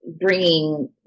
bringing